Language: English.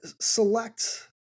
Select